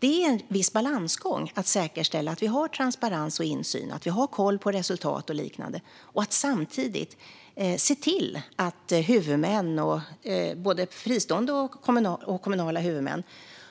Det är en viss balansgång att säkerställa att vi har transparens och insyn och koll på resultat och liknande och samtidigt se till att huvudmän, både fristående och kommunala,